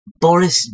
Boris